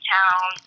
Town